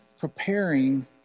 preparing